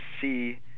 see